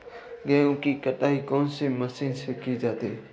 गेहूँ की कटाई कौनसी मशीन से की जाती है?